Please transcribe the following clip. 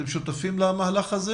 אתם שותפים למהלך הזה